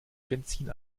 benzin